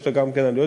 לרשות יש גם עלויות,